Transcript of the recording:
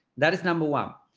that is number one,